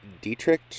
Dietrich